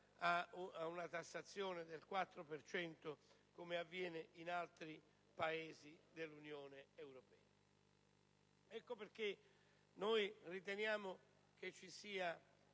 ad una tassazione del 4 per cento, come avviene in altri Paesi dell'Unione europea. Ecco perché noi riteniamo che si